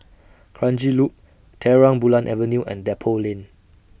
Kranji Loop Terang Bulan Avenue and Depot Lane